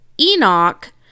Enoch